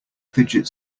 fidget